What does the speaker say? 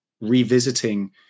revisiting